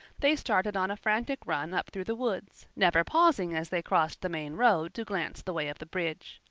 they started on a frantic run up through the woods, never pausing as they crossed the main road to glance the way of the bridge.